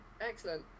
excellent